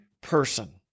person